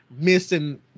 missing